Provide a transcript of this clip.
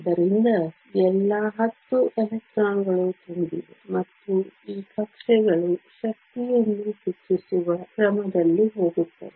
ಆದ್ದರಿಂದ ಎಲ್ಲಾ 10 ಎಲೆಕ್ಟ್ರಾನ್ಗಳು ತುಂಬಿವೆ ಮತ್ತು ಈ ಕಕ್ಷೆಗಳು ಶಕ್ತಿಯನ್ನು ಹೆಚ್ಚಿಸುವ ಕ್ರಮದಲ್ಲಿ ಹೋಗುತ್ತವೆ